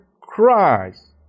Christ